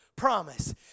promise